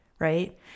Right